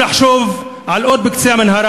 מלחשוב על אור של שוויון בקצה המנהרה.